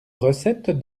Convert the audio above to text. recette